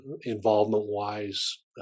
involvement-wise